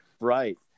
right